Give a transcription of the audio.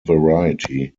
variety